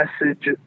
message